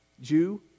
Jew